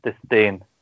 disdain